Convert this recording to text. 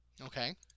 Okay